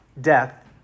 death